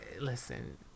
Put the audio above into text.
listen